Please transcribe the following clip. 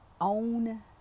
own